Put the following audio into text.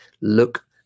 look